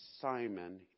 Simon